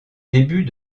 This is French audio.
début